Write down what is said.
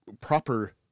proper